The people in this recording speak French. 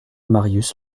marius